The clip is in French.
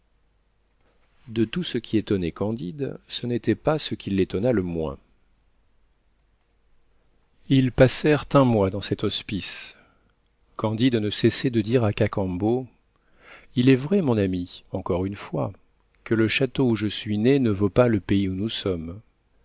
de tout ce qui étonnait candide ce n'était pas ce qui l'étonna le moins ils passèrent un mois dans cet hospice candide ne cessait de dire à cacambo il est vrai mon ami encore une fois que le château où je suis né ne vaut pas le pays où nous sommes